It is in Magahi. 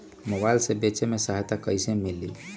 मोबाईल से बेचे में सहायता कईसे मिली?